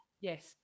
Yes